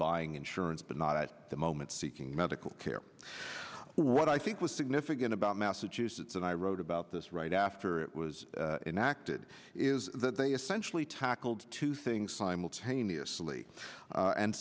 buying insurance but not at the moment seeking medical care what i think was significant about massachusetts and i wrote about this right after it was enacted is that they essentially tackled two things simultaneously a